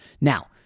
Now